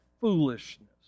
foolishness